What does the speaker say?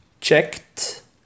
Checked